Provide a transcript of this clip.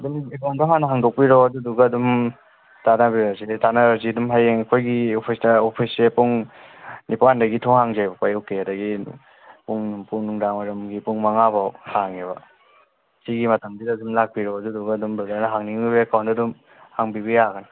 ꯑꯗꯨꯝ ꯑꯦꯀꯥꯎꯟꯗꯨ ꯍꯥꯟꯅ ꯍꯥꯡꯗꯣꯛꯄꯤꯔꯣ ꯑꯗꯨꯗꯒ ꯑꯗꯨꯝ ꯇꯥꯟꯅꯕꯤꯔꯁꯤꯅꯦ ꯇꯥꯟꯅꯔꯁꯤ ꯑꯗꯨꯝ ꯍꯌꯦꯡ ꯑꯩꯈꯣꯏꯒꯤ ꯑꯣꯐꯤꯁꯇ ꯑꯣꯐꯤꯁꯁꯦ ꯄꯨꯡ ꯅꯤꯄꯥꯟꯗꯒꯤ ꯊꯣꯡ ꯍꯥꯡꯖꯩꯌꯦꯕꯀꯣ ꯑꯌꯨꯛꯀꯤ ꯑꯗꯒꯤ ꯄꯨꯡ ꯅꯨꯗꯥꯡ ꯋꯥꯏꯔꯝꯒꯤ ꯄꯨꯡ ꯃꯉꯥ ꯐꯥꯎꯕ ꯍꯥꯡꯉꯦꯕ ꯁꯤꯒꯤ ꯃꯇꯝꯁꯤꯗ ꯁꯨꯝ ꯂꯥꯛꯄꯤꯔꯣ ꯑꯗꯨꯗꯨꯒ ꯑꯗꯨꯝ ꯕ꯭ꯔꯗꯔꯅ ꯍꯥꯡꯅꯤꯡꯂꯤꯕ ꯑꯦꯀꯥꯎꯟꯗꯨ ꯑꯗꯨꯝ ꯍꯥꯡꯕꯤꯕ ꯌꯥꯒꯅꯤ